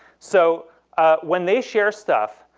so when they share stuff,